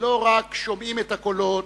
לא רק שומעים את הקולות,